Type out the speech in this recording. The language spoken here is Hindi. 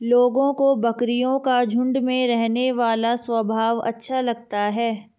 लोगों को बकरियों का झुंड में रहने वाला स्वभाव बहुत अच्छा लगता है